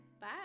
Bye